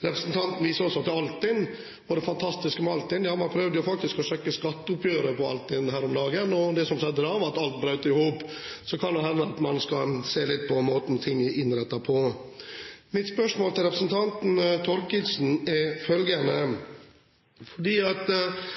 Representanten viser også til det fantastiske med Altinn. Ja, folk prøvde jo faktisk å søke i skatteoppgjøret på Altinn her om dagen, og det som skjedde da, var at alt brøt i hop. Så det kan jo hende at man må se litt på måten ting er innrettet på. Representanten sier hele tiden at det er bra med de begrensningene man har lagt inn. Jeg har noen spørsmål til